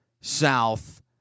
south